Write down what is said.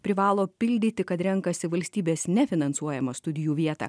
privalo pildyti kad renkasi valstybės nefinansuojamą studijų vietą